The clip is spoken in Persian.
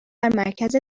مرکز